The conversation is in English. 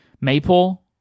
maple